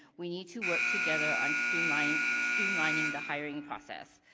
we need to work together on streamlining streamlining the hiring process.